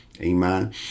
Amen